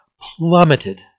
plummeted